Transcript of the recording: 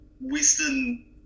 Western